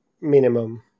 minimum